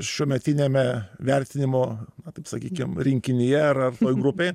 šiuometiniame vertinimo taip sakykim rinkinyje ar ar grupėj